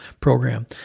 program